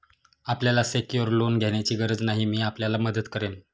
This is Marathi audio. आपल्याला सेक्योर्ड लोन घेण्याची गरज नाही, मी आपल्याला मदत करेन